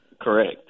Correct